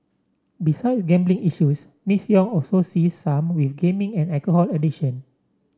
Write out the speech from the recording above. besides gambling issues Miss Yong also sees some with gaming and alcohol addiction